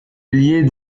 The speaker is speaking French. lier